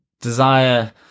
desire